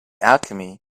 alchemy